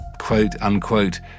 quote-unquote